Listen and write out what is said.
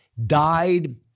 died